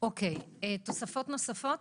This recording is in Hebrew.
תוספות נוספות?